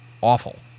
awful